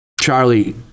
Charlie